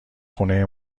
خونه